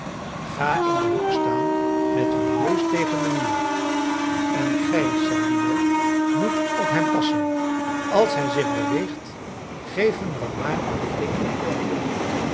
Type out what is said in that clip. ga in den hoek staan met uw neus tegen den muur en gij zerbino moet op hem passen als hij zich beweegt geef hem dan maar een flinken klap